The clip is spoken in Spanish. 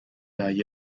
haya